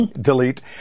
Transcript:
delete